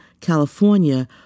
California